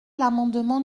l’amendement